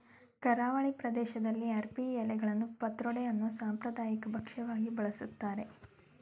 ಕರಾವಳಿ ಪ್ರದೇಶ್ದಲ್ಲಿ ಅರ್ಬಿ ಎಲೆಗಳನ್ನು ಪತ್ರೊಡೆ ಅನ್ನೋ ಸಾಂಪ್ರದಾಯಿಕ ಭಕ್ಷ್ಯವಾಗಿ ಬಳಸ್ತಾರೆ